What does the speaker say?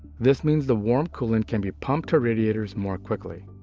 this means the warm coolant can be pumped to radiators more quickly.